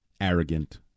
arrogant